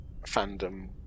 fandom